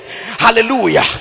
Hallelujah